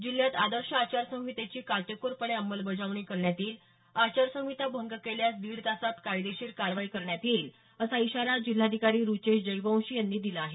जिल्ह्यात आदर्श आचारसंहितेची काटेकोरपणे अंमलबजावणी करण्यात येईल आचारसंहिता भंग केल्यास दीड तासात कायदेशीर कारवाई करण्यात येईल असा इशारा जिल्हाधिकारी रुचेश जयवंशी यांनी दिला आहे